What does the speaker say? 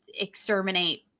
exterminate